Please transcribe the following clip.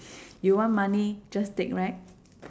you want money just take right